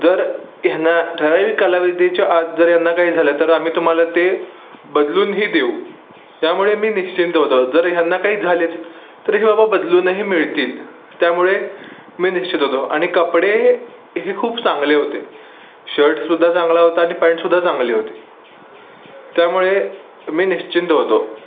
जर ह्यांना ठरावीक कालावधीच्या आत जर यांना काही झालं तर आम्ही तुम्हाला ते बदलूनही देऊ त्यामुळे मी निश्चिंत होतो जर ह्यांना काही झालेच तर हे बाबा बदलूनही मिळतील त्यामुळे मी निश्चित होतो आणि कपडे हे खूप चांगले होते शर्ट सुद्धा चांगला होता आणि पॅन्ट सुद्धा चांगली होती त्यामुळे मी निश्चिंत होतो